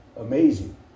amazing